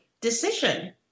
decision